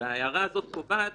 וההערה הזאת קובעת